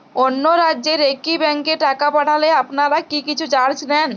অন্য রাজ্যের একি ব্যাংক এ টাকা পাঠালে আপনারা কী কিছু চার্জ নেন?